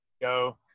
go